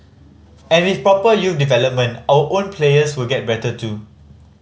and with proper youth development our own players will get better too